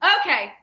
okay